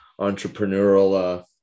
entrepreneurial